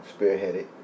spearheaded